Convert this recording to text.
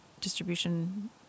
distribution